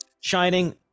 Shining